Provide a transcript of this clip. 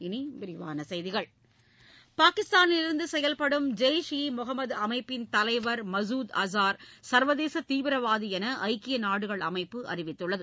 இனி விரிவான செய்திகள் பாகிஸ்தானிலிருந்து செயல்படும் ஜெய்ஷ் இ முகம்மது அமைப்பின் தலைவர் மசூத் அசார் சர்வதேச தீவிரவாதி என ஐக்கிய நாடுகள் அமைப்பு அறிவித்துள்ளது